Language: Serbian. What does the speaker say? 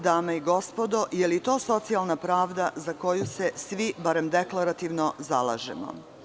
Dame i gospodo, da li je to socijalna pravda za koju se svi, barem deklarativno, zalažemo?